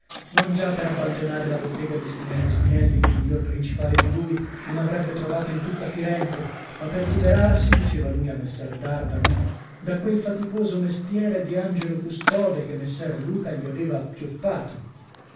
non già per abbandonare la bottega di spinello spinelli che miglior principale di lui non avrebbe trovato in tutta firenze ma per liberarsi diceva lui a messer dardano da quel faticoso mestiere di angelo custode che messer luca gli aveva